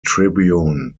tribune